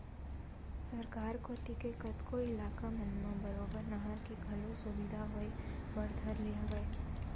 सरकार कोती ले कतको इलाका मन म बरोबर नहर के घलो सुबिधा होय बर धर ले हवय